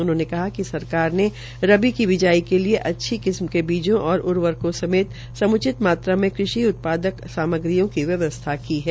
उनहोंने कहा कि सरकार ने रबि की बिजाई के लिए अच्छी किस्म के बीजों और उर्वरकों समेत समूचे मात्रा में कृषि उत्पादक सामग्रियों को व्यवस्था की है